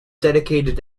dedicated